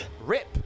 Rip